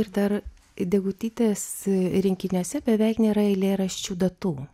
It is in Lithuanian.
ir dar degutytės rinkiniuose beveik nėra eilėraščių datų